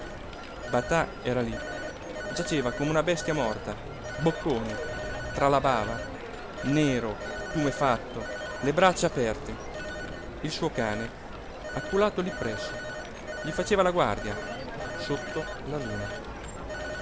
batà era lí giaceva come una bestia morta bocconi tra la bava nero tumefatto le braccia aperte il suo cane acculato lí presso gli faceva la guardia sotto la luna